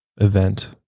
event